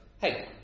hey